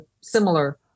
similar